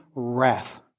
wrath